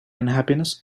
unhappiness